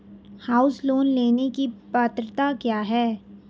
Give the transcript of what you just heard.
House loan लेने की पात्रता क्या है?